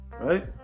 right